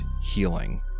healing